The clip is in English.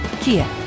Kia